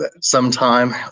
sometime